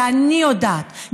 ואני יודעת,